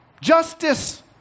justice